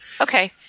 Okay